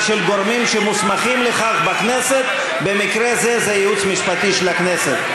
של גורמים שמוסמכים לכך בכנסת במקרה הזה זה הייעוץ המשפטי של הכנסת.